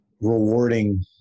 rewarding